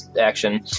action